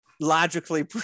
logically